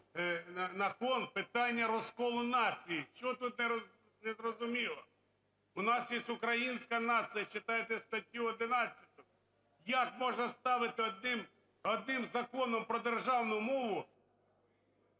на кон питання розколу нації. Що тут незрозуміло? У нас є українська нація, читайте статтю 11. Як можна ставити одним Законом про державну мову…